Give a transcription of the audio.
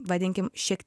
vadinkim šiek